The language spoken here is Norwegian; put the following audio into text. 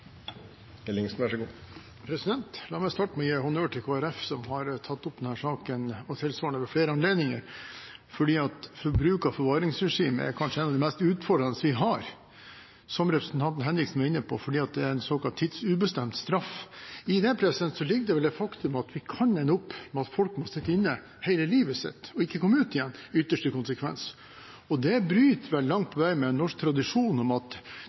La meg starte med å gi honnør til Kristelig Folkeparti, som har tatt opp denne saken og tilsvarende saker ved flere anledninger. Bruk av forvaringsregimet er kanskje noe av det mest utfordrende vi har – som representanten Henriksen var inne på – fordi det er en såkalt tidsubestemt straff. I det ligger vel det faktum at vi kan ende opp med at folk må sitte inne hele livet sitt og ikke komme ut igjen, i ytterste konsekvens. Det bryter vel langt på vei med norsk tradisjon med at